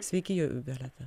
sveiki violeta